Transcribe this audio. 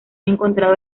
encontrado